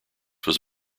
was